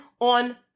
on